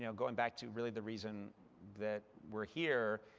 you know going back to really the reason that we're here,